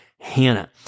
Hannah